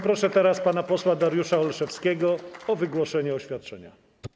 Proszę pana posła Dariusza Olszewskiego o wygłoszenie oświadczenia.